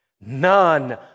None